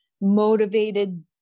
motivated